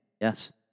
Yes